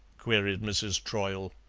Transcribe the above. queried mrs. troyle.